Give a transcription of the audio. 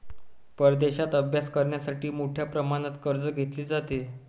परदेशात अभ्यास करण्यासाठी मोठ्या प्रमाणात कर्ज घेतले जाते